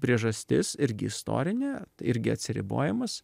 priežastis irgi istorinė irgi atsiribojimas